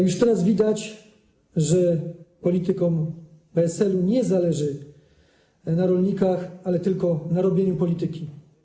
Już teraz widać, że politykom PSL-u nie zależy na rolnikach, ale tylko na robieniu polityki.